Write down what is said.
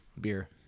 beer